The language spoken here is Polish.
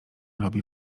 robi